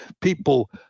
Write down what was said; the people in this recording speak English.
people